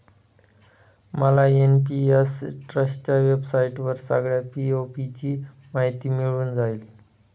मला एन.पी.एस ट्रस्टच्या वेबसाईटवर सगळ्या पी.ओ.पी ची माहिती मिळून जाईल